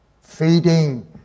feeding